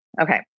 okay